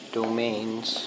domains